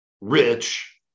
Rich